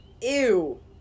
ew